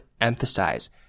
emphasize